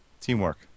Teamwork